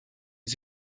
les